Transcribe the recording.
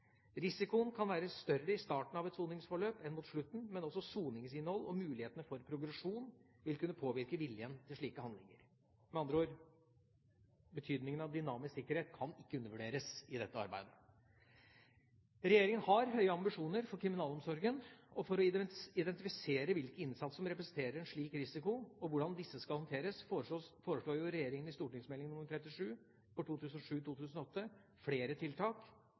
Risikoen kan være større i starten av et soningsforløp enn mot slutten, men også soningsinnhold og mulighetene for progresjon vil kunne påvirke viljen til slike handlinger. Med andre ord: Betydningen av dynamisk sikkerhet kan ikke undervurderes i dette arbeidet. Regjeringa har høye ambisjoner for kriminalomsorgen. Og for å identifisere hvilke innsatte som representerer en slik risiko og hvordan disse skal håndteres, foreslår regjeringa i St.meld. nr. 37 for 2007–2008 flere tiltak,